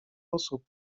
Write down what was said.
osób